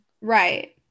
Right